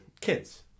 kids